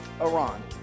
Iran